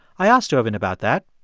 i asked ervin about that.